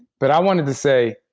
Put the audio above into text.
but i wanted to say,